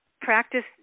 Practice